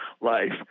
life